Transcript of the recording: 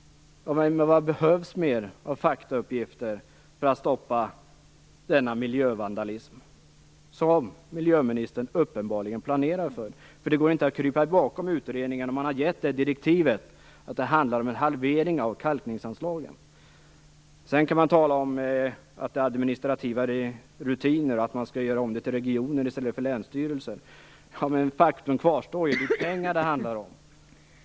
Vad behövs mer av faktauppgifter för att stoppa den miljövandalism som miljöministern uppenbarligen planerar för? Det går inte att krypa bakom utredningen om man har gett direktivet att det handlar om en halvering av kalkningsanslagen. Sedan kan man tala om att det är administrativa rutiner och att man skall göra om det till regioner i stället för länsstyrelser, men faktum kvarstår. Det är pengar det handlar om.